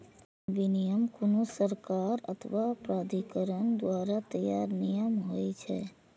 विनियम कोनो सरकार अथवा प्राधिकरण द्वारा तैयार नियम होइ छै